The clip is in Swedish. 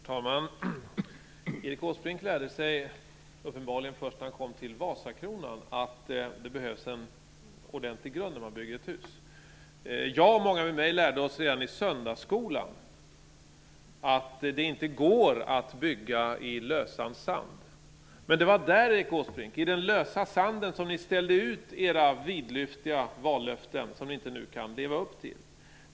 Herr talman! Erik Åsbrink lärde sig uppenbarligen först när han kom till Vasakronan att det behövs en ordentlig grund när man bygger ett hus. Jag och många med mig lärde oss redan i söndagsskolan att det inte går att bygga i lösan sand. Men det var där, Erik Åsbrink, i den lösa sanden, som ni ställde ut era vidlyftiga vallöften som ni inte nu kan leva upp till.